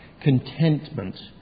contentment